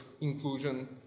inclusion